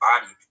body